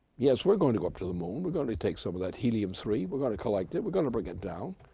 yes, we're going to go up to the moon, we're going to take some of that helium three, we're going to collect it, we're going to bring it down,